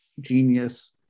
genius